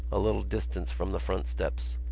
a little distance from the front steps.